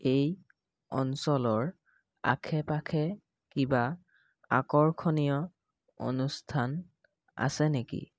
এই অঞ্চলৰ আশে পাশে কিবা আকৰ্ষণীয় অনুষ্ঠান আছে নেকি